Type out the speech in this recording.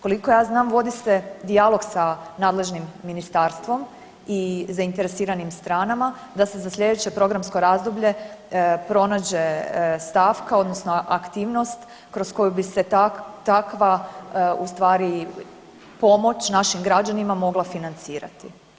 Koliko ja znam vodi se dijalog sa nadležnim ministarstvom i zainteresiranim stranama, da se za sljedeće programsko razdoblje pronađe stavka, odnosno aktivnost kroz koju bi se takva u stvari pomoć našim građanima mogla financirati.